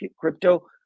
crypto